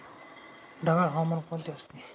ढगाळ हवामान कोणते असते?